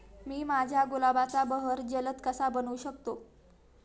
मी माझ्या गुलाबाचा बहर जलद कसा बनवू शकतो?